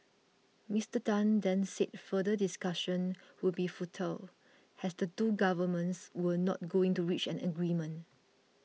Mister Tan then said further discussion would be futile has the two governments were not going to reach an agreement